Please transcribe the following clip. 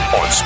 on